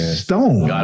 stone